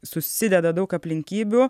susideda daug aplinkybių